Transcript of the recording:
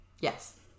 Yes